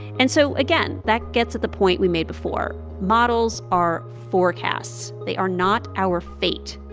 and so, again, that gets at the point we made before models are forecasts. they are not our fate,